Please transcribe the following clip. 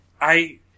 I-